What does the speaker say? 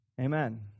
Amen